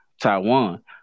Taiwan